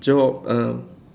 job um